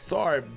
Sorry